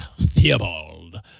Theobald